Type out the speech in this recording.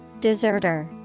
Deserter